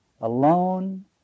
Alone